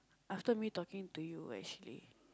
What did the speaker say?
after me talking to you actually